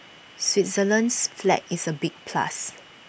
Switzerland's flag is A big plus